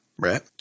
Right